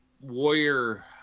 Warrior